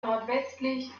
nordwestlich